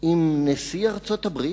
עם נשיא ארצות-הברית,